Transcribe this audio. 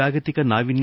ಜಾಗತಿಕ ನಾವಿನ್ನ